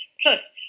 Plus